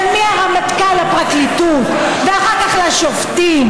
ומהרמטכ"ל לפרקליטות ואחר כך לשופטים.